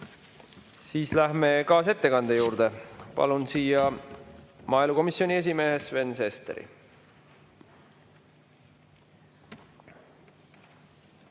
ole. Läheme kaasettekande juurde. Palun siia maaelukomisjoni esimehe Sven Sesteri.